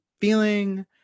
feeling